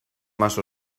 más